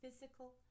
physical